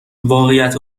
واقعیت